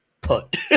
put